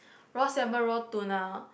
raw salmon raw tuna